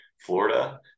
Florida